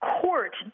court